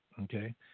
Okay